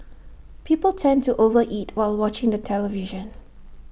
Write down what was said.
people tend to over eat while watching the television